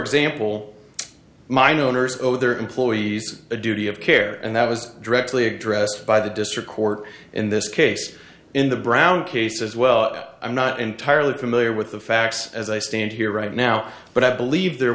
example mine owners owed their employees a duty of care and that was directly addressed by the district court in this case in the brown case as well i'm not entirely familiar with the facts as i stand here right now but i believe there